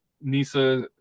nisa